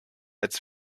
als